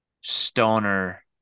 stoner